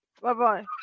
Bye-bye